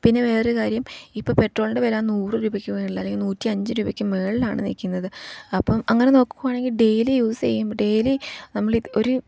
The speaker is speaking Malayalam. പിന്നെ വേറൊരു കാര്യം ഇപ്പം പെട്രോളിൻറെ വില നൂറ് രൂപയ്ക്ക് മുകളിൽ അല്ലെങ്കിൽ നൂറ്റി അഞ്ച് രൂപയ്ക്ക് മുകളിലാണ് നിൽക്കുന്നത് അപ്പം അങ്ങനെ നോക്കുകയാണെങ്കിൽ ഡെയ്ലി യൂസ് ചെയ്യുമ്പം ഡെയ്ലി നമ്മളിത് ഒരു